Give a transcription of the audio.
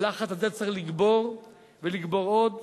הלחץ הזה צריך לגבור ולגבור עוד